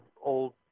old